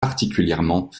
particulièrement